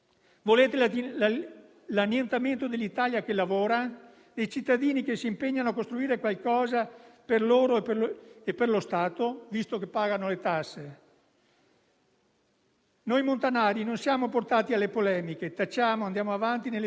Voglio anche sottolineare una certa virtuosità che ci caratterizza, portando ad esempio il fatto che durante l'estate la mia Regione, il Veneto, si è organizzata con l'aumento delle terapie intensive in forma preventiva, aumento che poi si è rivelato provvidenziale.